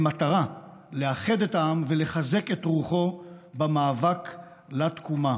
במטרה לאחד את העם ולחזק את רוחו במאבק לתקומה,